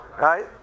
Right